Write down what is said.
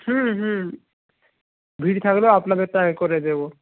হুম হুম ভিড় থাকলেও আপনাদেরটা আগে করে দেবো